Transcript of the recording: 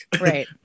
Right